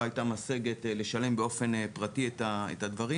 הייתה משגת לשלם באופן פרטי את הדברים,